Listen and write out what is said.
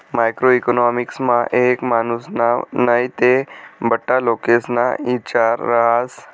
macro इकॉनॉमिक्समा एक मानुसना नै ते बठ्ठा लोकेस्ना इचार रहास